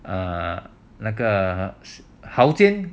ah 那个蚝煎